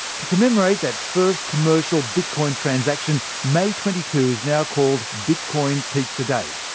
to commemorate that first commercial bitcoin transaction, may twenty two is now called bitcoin pizza day.